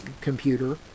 computer